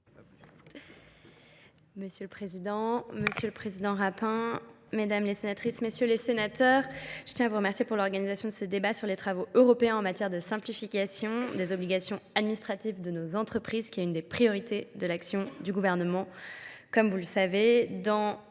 Monsieur le Président, Monsieur le Président Rapin, Mesdames les Sénatrices, Messieurs les Sénateurs, Je tiens à vous remercier pour l'organisation de ce débat sur les travaux européens en matière de simplification des obligations administratives de nos entreprises qui est une des priorités de l'action du gouvernement comme vous le savez